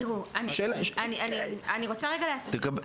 תראו, אני רוצה רגע להסביר.